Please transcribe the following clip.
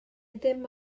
ddim